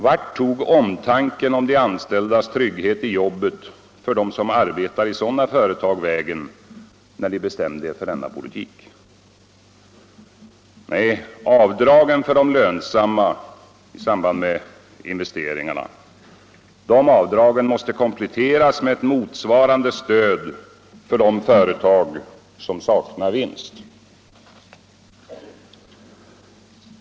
Vart tog omtanken om de anställdas trygghet vägen för dem som arbetar i sådana företag, när ni bestämde er för denna politik? Nej, avdragen för de lönsamma företagen i samband med investeringarna måste kompletteras med ett motsvarande stöd för de företag som saknar vinst.